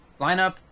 lineup